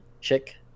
chick